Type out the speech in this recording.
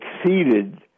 exceeded